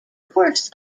fourths